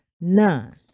none